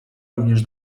również